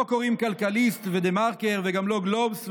לא קוראים כלכליסט ודה-מרקר וגם לא גלובס,